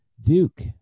Duke